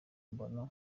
mbona